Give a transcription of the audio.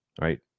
Right